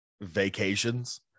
vacations